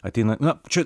ateina na čia